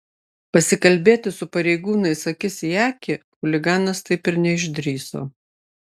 pasikalbėti su pareigūnais akis į akį chuliganas taip ir neišdrįso